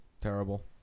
Terrible